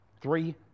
Three